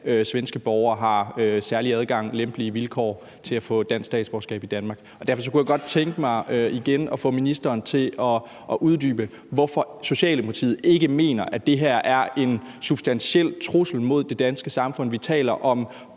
svenske borgere har særlig adgang og lempelige vilkår til at få et dansk statsborgerskab i Danmark. Derfor kunne jeg godt tænke mig igen at få ministeren til at uddybe, hvorfor Socialdemokratiet ikke mener, at det her er en substantiel trussel mod det danske samfund. Vi taler om